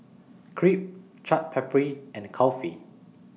Crepe Chaat Papri and Kulfi